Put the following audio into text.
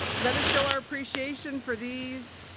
let us show our appreciation for these